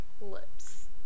Lips